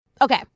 Okay